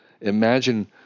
imagine